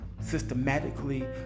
systematically